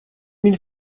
mille